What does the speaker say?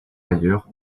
ailleurs